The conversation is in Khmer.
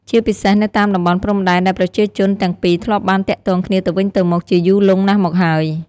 ជាពិសេសនៅតាមតំបន់ព្រំដែនដែលប្រជាជនទាំងពីរធ្លាប់បានទាក់ទងគ្នាទៅវិញទៅមកជាយូរលង់ណាស់មកហើយ។